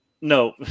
no